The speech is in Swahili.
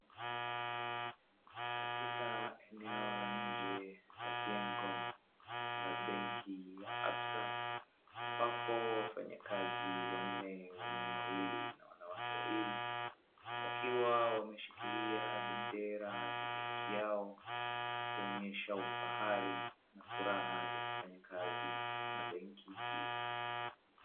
Katika eneo la nje la jengo kuna benki ya absa ambapo wafanyakazi wanne wanaume wawili na wanawake wawili, wakiwa wameshikilia bendera za benki yao kuonyesha ufahari na furaha ya kufanya kazi katika benki hiyo.